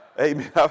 Amen